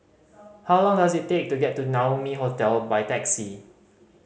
how long does it take to get to Naumi Hotel by taxi